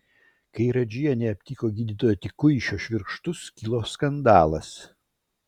kai radžienė aptiko gydytojo tikuišio švirkštus kilo skandalas